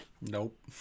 Nope